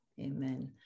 amen